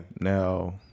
now